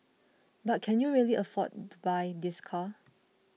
but can you really afford to buy this car